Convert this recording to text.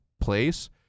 place